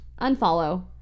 unfollow